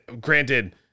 granted